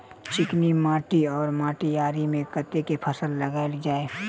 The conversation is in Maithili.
चिकनी माटि वा मटीयारी मे केँ फसल लगाएल जाए?